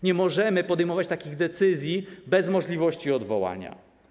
Nie możemy podejmować takich decyzji bez możliwości odwołania.